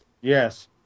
Yes